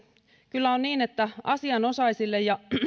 kyllä on niin että asianosaisille ja